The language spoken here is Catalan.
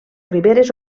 riberes